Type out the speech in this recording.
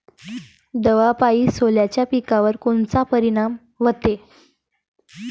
दवापायी सोल्याच्या पिकावर कोनचा परिनाम व्हते?